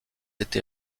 été